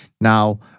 Now